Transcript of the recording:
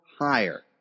higher